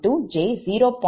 1775j0